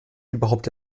überhaupt